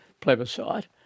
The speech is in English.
plebiscite